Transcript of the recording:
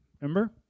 Remember